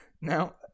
Now